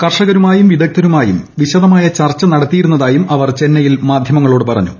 കർഷകരുമായും വിദഗ്ദ്ധരുമായി വിശദമായ ചർച്ച നടത്തിയിരുന്നതായും അവർ ചെന്നൈയിൽ മാധ്യമങ്ങളോട് പറഞ്ഞു